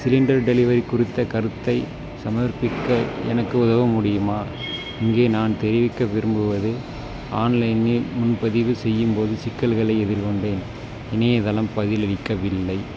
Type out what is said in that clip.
cylinder delivery குறித்த கருத்தை சமர்ப்பிக்க எனக்கு உதவ முடியுமா இங்கே நான் தெரிவிக்க விரும்புவது ஆன்லைனில் முன்பதிவு செய்யும் போது சிக்கல்களை எதிர்கொண்டேன் இணையதளம் பதிலளிக்கவில்லை